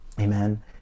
Amen